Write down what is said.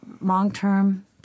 long-term